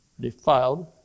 defiled